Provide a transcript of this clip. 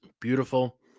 beautiful